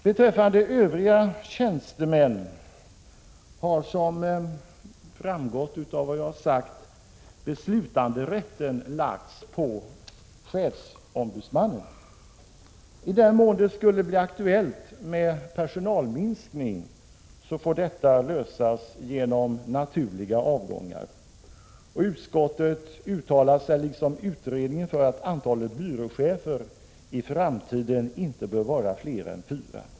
Beträffande övriga tjänstemän har, som framgått av vad jag tidigare sagt, beslutanderätten lagts på chefsombudsmannen. I den mån det skulle bli aktuellt med personalminskning får detta lösas genom naturliga avgångar. Utskottet uttalar sig, liksom utredningen, för att antalet byråchefer i framtiden inte bör vara fler än fyra.